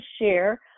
share